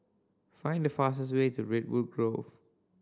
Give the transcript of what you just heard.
find the fastest way to Redwood Grove